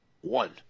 one